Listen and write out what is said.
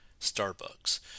Starbucks